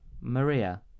Maria